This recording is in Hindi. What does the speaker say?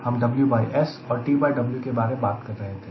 हम WS और TW के बारे में बात कर रहे थे